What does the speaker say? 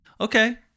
Okay